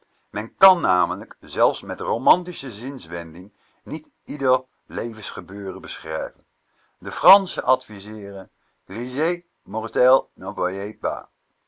men kan namelijk zelfs met romantische zinswending niet ieder levensgebeuren beschrijven de franschen adviseeren